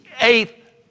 eighth